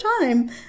time